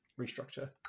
restructure